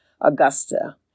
Augusta